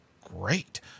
great